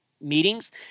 meetings